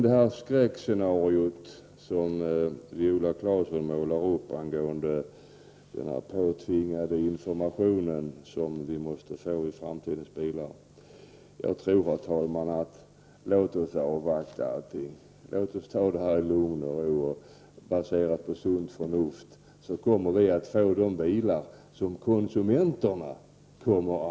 Det skräckscenario som Viola Claesson målar upp om den s.k. påtvingade information som vi måste få i framtidens bilar stämmer inte med verkligheten. Låt oss avvakta i lugn och ro och basera våra beslut på sunt förnuft. Vi kommer att få de bilar som konsumenterna kräver.